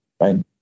right